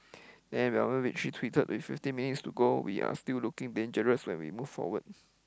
then tweeted we've twenty minutes to go we are still looking dangerous when we move forward